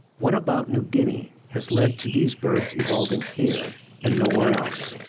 what about new guinea has led to these birds evolving here and nowhere else?